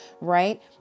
right